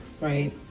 right